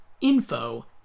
info